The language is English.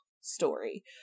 story